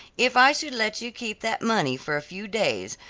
if i should let you keep that money for a few days,